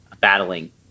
battling